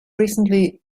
recently